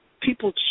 People